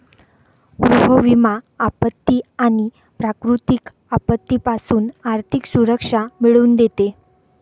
गृह विमा आपत्ती आणि प्राकृतिक आपत्तीपासून आर्थिक सुरक्षा मिळवून देते